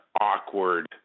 awkward